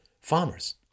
farmers